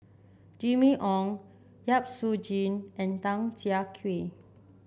Jimmy Ong Yap Su and Tan Siah Kwee